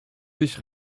sich